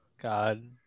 God